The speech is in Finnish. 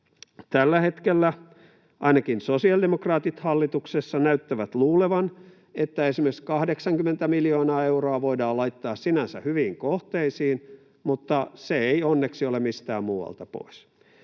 Tällä hetkellä ainakin sosiaalidemokraatit hallituksessa näyttävät luulevan, että esimerkiksi 80 miljoonaa euroa voidaan laittaa sinänsä hyviin kohteisiin mutta se ei onneksi ole mistään muualta pois,